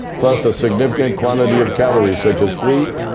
plus a significant quantity of calories, such as wheat,